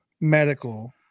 Medical